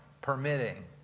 permitting